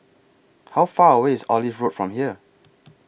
How Far away IS Olive Road from here